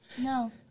No